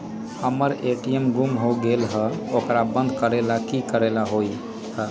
हमर ए.टी.एम गुम हो गेलक ह ओकरा बंद करेला कि कि करेला होई है?